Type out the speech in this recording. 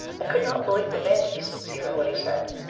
i could not believe the man to be sincere in what he said.